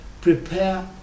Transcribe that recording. prepare